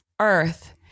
earth